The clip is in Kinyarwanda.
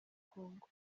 congo